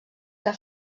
que